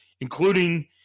including